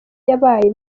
yabaye